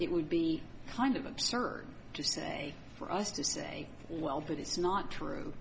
it would be kind of absurd to say for us to say well but it's not true